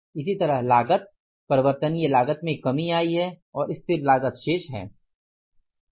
इसी तरह लागत परिवर्तनीय लागत में कमी आई है और स्थिर लागत शेष है